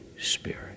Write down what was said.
Spirit